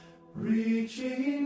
reaching